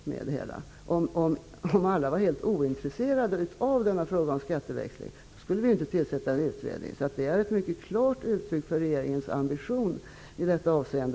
Om alla var helt ointresserade av frågan om skatteväxling skulle vi inte tillsätta någon utredning. Att denna utredning tillsätts är ett mycket klart uttryck för regeringens ambition i detta avseende.